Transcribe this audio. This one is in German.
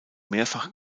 mehrfach